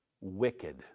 wicked